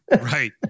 Right